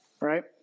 Right